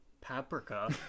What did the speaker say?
Paprika